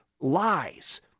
lies